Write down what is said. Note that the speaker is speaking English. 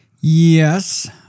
Yes